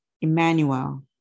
emmanuel